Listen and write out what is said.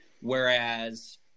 whereas